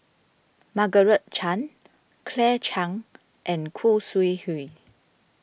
Margaret Chan Claire Chiang and Khoo Sui Hoe